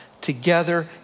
together